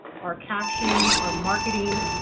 our captioning, our marketing,